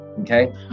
Okay